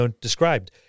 described –